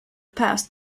past